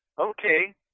okay